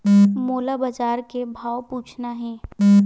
मोला बजार के भाव पूछना हे?